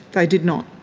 they did not.